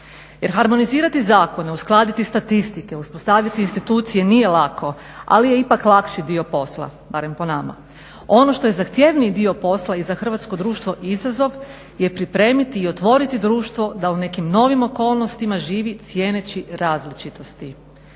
Jer harmonizirati zakone, uskladiti statistike, uspostaviti institucije nije lako ali je ipak lakši dio posla, barem po nama. Ono što je zahtjevniji dio posla i za hrvatsko društvo izazov je pripremiti i otvoriti društvo da u nekim novim okolnostima živi cijeneći različitosti,